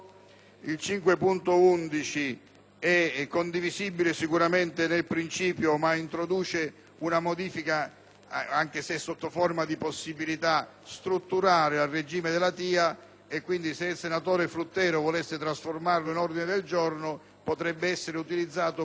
anche se sotto forma di possibilità, al regime della TIA, quindi se il senatore Fluttero volesse trasformarlo in ordine del giorno potrebbe essere utilizzato poi o dal Governo o dal Parlamento in una revisione strutturale dell'argomento TIA.